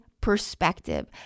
perspective